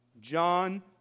John